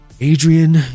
Adrian